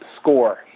score